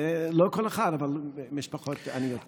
לא כל אחד, אבל משפחות עניות כן.